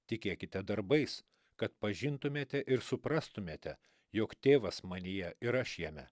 tikėkite darbais kad pažintumėte ir suprastumėte jog tėvas manyje ir aš jame